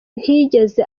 ntiyigeze